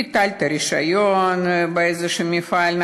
ביטלת רישיון למפעל כלשהו?